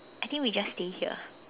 I think we just stay here